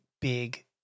big